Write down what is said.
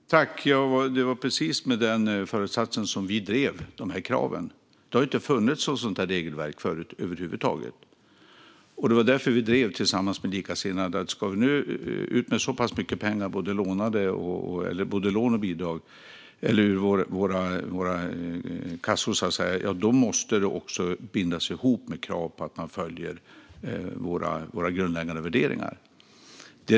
Fru talman! Det var precis med denna föresats som vi drev dessa krav. Det har över huvud taget inte funnits något sådant här regelverk förut, och därför drev vi tillsammans med likasinnade att om EU ska ut med så mycket pengar från sin kassa i både lån och bidrag måste detta bindas till krav på att man följer EU:s grundläggande värderingar.